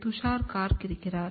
துஷார் கார்க் இருக்கிறார்